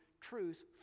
Truth